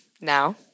now